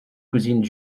cousine